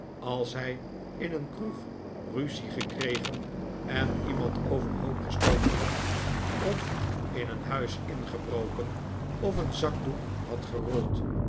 als hij in een kroeg ruzie gekregen en iemand overhoop gestoken had of in een huis ingebroken of een zakdoek had gerold